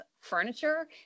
furniture